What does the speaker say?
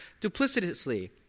duplicitously